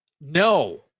No